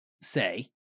say